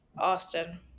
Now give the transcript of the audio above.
Austin